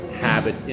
habit